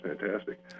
fantastic